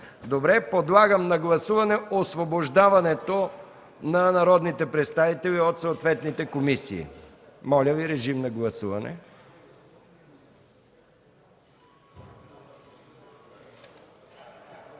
виждам. Подлагам на гласуване освобождаването на народните представители от съответните комисии. Моля, гласувайте.